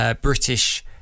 British